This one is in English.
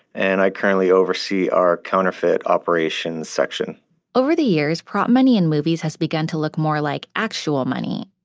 and i currently oversee our counterfeit operations section over the years, prop money in movies has begun to look more like actual money.